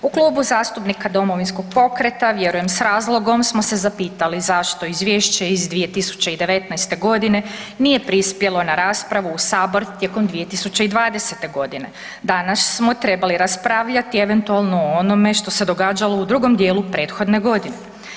U Klubu zastupnika Domovinskog pokreta vjeruje, s razlogom smo se zapitali zašto Izvješće iz 2019. g. nije prispjelo na raspravu u Sabor tijekom 2020. g. Danas smo trebali raspravljati eventualno o onome što se događalo u drugom dijelu prethodne godine.